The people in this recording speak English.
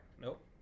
Nope